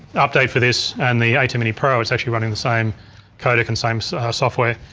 update for this and the pro is actually running the same codec and same so software.